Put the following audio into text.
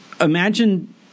imagine –